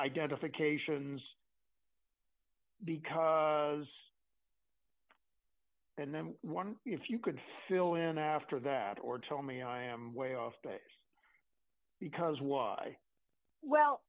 identifications because i was and then one if you could fill in after that or tell me i am way off base because why well